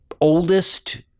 oldest